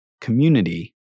community